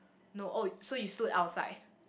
no oh so you stood outside